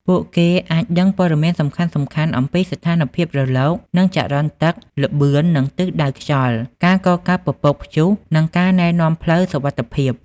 ពួកគេអាចដឹងព័ត៌មានសំខាន់ៗអំពី ស្ថានភាពរលក និងចរន្តទឹក ល្បឿន និងទិសដៅខ្យល់ ការកកើតពពកព្យុះ និងការណែនាំផ្លូវសុវត្ថិភាព។